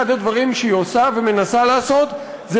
אחד הדברים שהיא עושה ומנסה לעשות זה